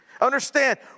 Understand